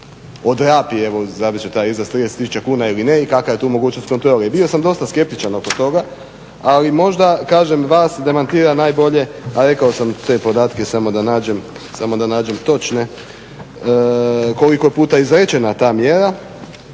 odrapi evo izabrat ću taj izraz, 30 tisuća kuna ili ne i kakva je tu mogućnost kontrole. I bio sam dosta skeptičan oko toga. Ali možda kažem vas demantira bolje, a rekao sam te podatke samo da nađem točne koliko je puta izrečena ta mjera.